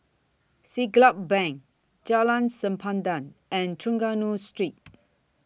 Siglap Bank Jalan Sempadan and Trengganu Street